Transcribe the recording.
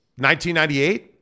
1998